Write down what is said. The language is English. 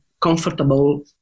comfortable